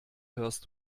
hörst